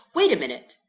wait a minute!